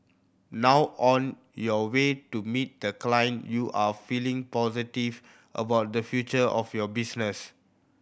now on your way to meet the client you are feeling positive about the future of your business